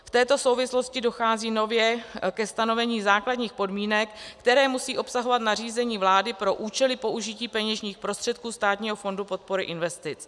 V této souvislosti dochází nově ke stanovení základních podmínek, které musí obsahovat nařízení vlády pro účely použití peněžních prostředků Státního fondu podpory investic.